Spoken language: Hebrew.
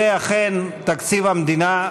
זה אכן תקציב המדינה,